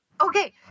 okay